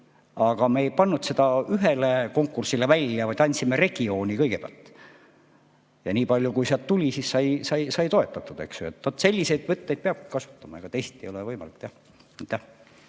Aga me ei pannud seda ühele konkursile välja, vaid andsime regioonile kõigepealt. Ja nii palju, kui sealt tuli, sai toetatud. Vaat selliseid võtteid peabki kasutama, ega teisiti ei ole võimalik